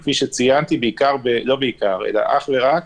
זה ייעשה אך ורק